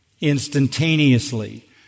instantaneously